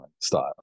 style